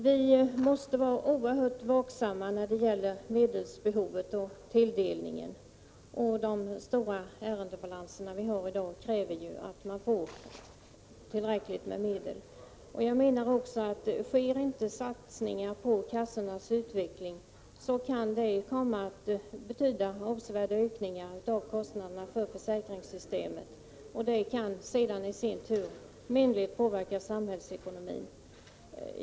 Vi måste vara oerhört vaksamma när det gäller medelsbehovet och tilldelningen. De stora ärendebalanserna i dag gör ju att vi måste se till att tillräckligt med medel anvisas. Om en satsning på kassornas utveckling inte sker, kan det enligt min mening komma att innebära att kostnaderna för försäkringssystemet avsevärt ökar. Det i sin tur kan inverka menligt på samhällsekonomin.